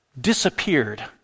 disappeared